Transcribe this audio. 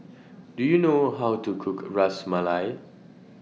Do YOU know How to Cook Ras Malai